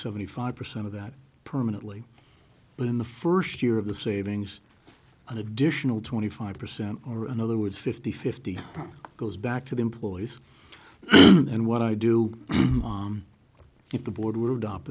seventy five percent of that permanently but in the first year of the savings an additional twenty five percent or another would fifty fifty goes back to the employees and what i do if the board would opt